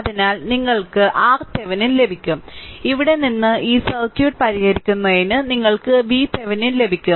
അതിനാൽ നിങ്ങൾക്ക് RThevenin ലഭിക്കും ഇവിടെ നിന്ന് ഈ സർക്യൂട്ട് പരിഹരിക്കുന്നതിന് നിങ്ങൾക്ക് VThevenin ലഭിക്കും